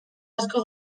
asko